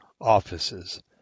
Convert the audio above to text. offices